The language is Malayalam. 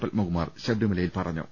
പത്മകുമാർ ശബരിമലയിൽ പറഞ്ഞു